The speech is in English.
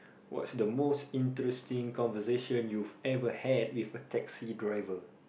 what's the most interesting conversation you've ever had with a taxi driver